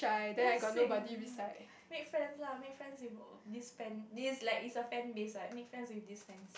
just sing make friends lah make friends with this fan is a fan base right make friends with these fans